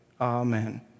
amen